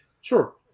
Sure